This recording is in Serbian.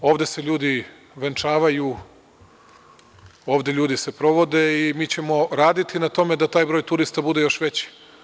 Ovde se ljudi venčavaju, ovde se ljudi provode i mi ćemo raditi na tome da taj broj turista bude još veći.